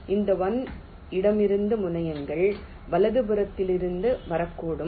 இந்த 1 இடமிருந்து முனையங்கள் வலதுபுறத்தில் இருந்து வரக்கூடும்